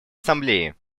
ассамблеи